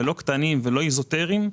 לא קטנים ולא איזוטריים,